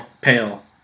Pale